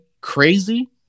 crazy